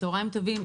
צוהריים טובים.